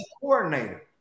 coordinator